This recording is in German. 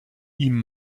ihm